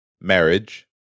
marriage